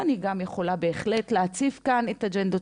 ואני גם יכולה בהחלט להציף פה את האג'נדות